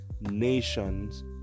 nations